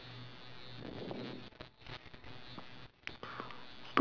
then what about yours like how do you feel when you first get your first gaming laptop